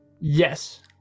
Yes